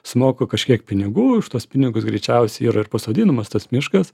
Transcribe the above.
sumoku kažkiek pinigų už tuos pinigus greičiausiai yra ir pasodinamas tas miškas